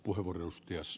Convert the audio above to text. herra puhemies